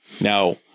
Now